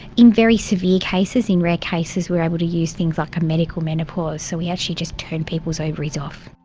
in a very severe cases, in rare cases we are able to use things like a medical menopause, so we actually just turn people's ovaries off.